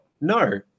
no